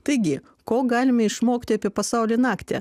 taigi ko galime išmokti apie pasaulį naktį